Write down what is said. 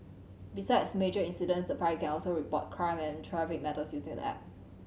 besides major incidents the public can also report crime and traffic matters using the app